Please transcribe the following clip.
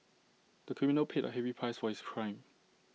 the criminal paid A heavy price for his crime